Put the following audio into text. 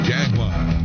Jaguar